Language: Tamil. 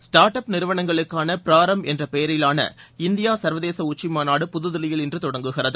ஸ்டார்ட் அப் நிறுவனங்களுக்கான பிராரம்ப் என்ற பெயரிவான இந்திய சர்வதேச உச்சி மாநாடு புது தில்லியில் இன்று தொடங்குகிறது